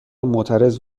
معترض